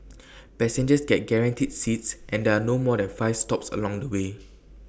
passengers get guaranteed seats and there are no more than five stops along the way